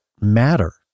matter